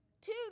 two